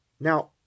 Now